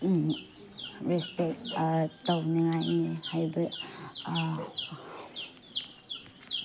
respect ꯇꯧꯅꯤꯡꯉꯥꯏꯅꯤ ꯍꯥꯏꯕ